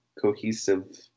cohesive